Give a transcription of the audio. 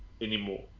anymore